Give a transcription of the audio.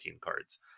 cards